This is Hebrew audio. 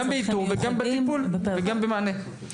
גם באיתור, גם בטיפול וגם במענה.